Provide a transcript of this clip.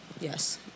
Yes